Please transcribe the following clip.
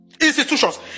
institutions